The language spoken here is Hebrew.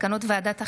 מסקנות ועדת החינוך,